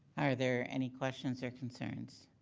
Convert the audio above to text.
are there any questions or concerns?